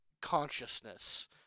consciousness